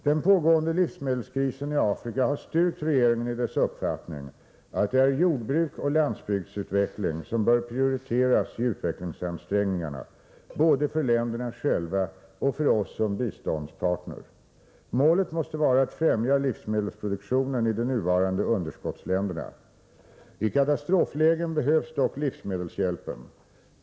Den pågående livsmedelskrisen i Afrika har styrkt regeringen i dess uppfattning att det är jordbruk och landsbygdsutveckling som bör prioriteras i utvecklingsansträngningarna — både för länderna själva och för oss som biståndspartner. Målet måste vara att främja livsmedelsproduktionen i de nuvarande underskottsländerna. I katastroflägen behövs dock livsmedelshjälpen.